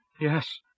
Yes